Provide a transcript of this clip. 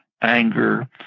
anger